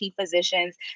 Physicians